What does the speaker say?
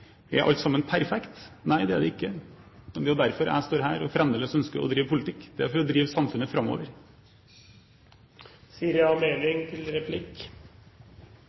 Er alt sammen perfekt? Nei, det er det ikke. Det er jo derfor jeg står her og fremdeles ønsker å drive politikk. Det er for å drive samfunnet